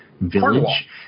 village